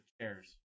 chairs